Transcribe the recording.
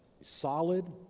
solid